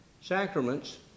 sacraments